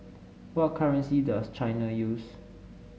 what currency does China use